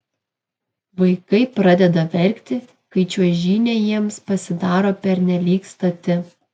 vaikai pradeda verkti kai čiuožynė jiems pasirodo pernelyg stati